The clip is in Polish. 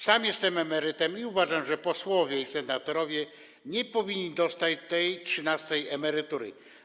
Sam jestem emerytem i uważam, że posłowie i senatorowie nie powinni dostać tej trzynastej emerytury.